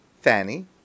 Fanny